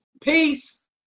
peace